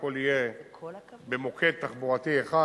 והכול יהיה במוקד תחבורתי אחד,